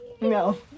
No